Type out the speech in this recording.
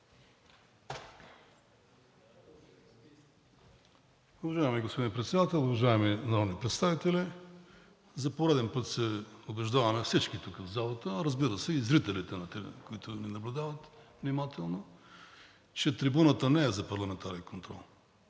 Уважаеми господин Председател, уважаеми народни представители! За пореден път се убеждаваме всички тук в залата, разбира се, и зрителите, които ни наблюдават внимателно, че трибуната не е за парламентарен контрол.